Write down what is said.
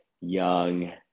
young